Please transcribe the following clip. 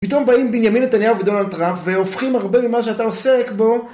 פתאום באים בנימין נתניהו ודונלד טראפ והופכים הרבה ממה שאתה עוסק בו